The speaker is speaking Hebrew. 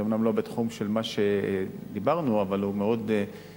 זה אומנם לא בתחום של מה שדיברנו אבל הוא מאוד קשור,